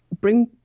bring